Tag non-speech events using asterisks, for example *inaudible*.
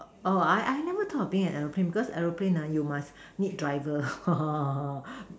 oh I I never thought of being an aeroplane because aeroplane ah you must need driver *noise*